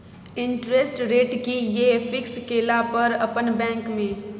Interest rate कि ये fix केला पर अपन बैंक में?